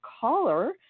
caller